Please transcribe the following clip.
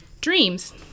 dreams